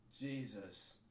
Jesus